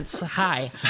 Hi